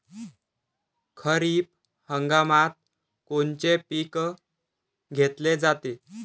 खरिप हंगामात कोनचे पिकं घेतले जाते?